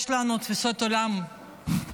יש לנו תפיסות עולם שונות.